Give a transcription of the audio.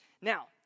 Now